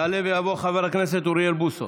יעלה ויבוא חבר הכנסת אוריאל בוסו.